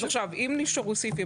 אז אם נשארו סעיפים,